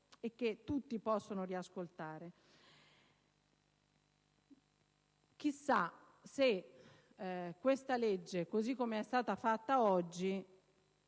e che tutti possono riascoltare. Chissà se questa legge, così com'è stata scritta oggi,